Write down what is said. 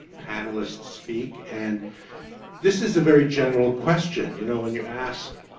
panelists speak. and this is a very general question. you know when you ask